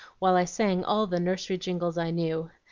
while i sang all the nursery jingles i knew.